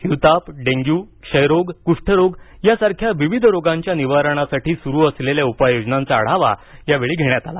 हिवताप डेंग्यू क्षयरोग कुष्ठ रोग या सारख्या विविध रोगांच्या निवारणासाठी सुरु असलेल्या उपाययोजनांचा आढावा यावेळी घेण्यात आला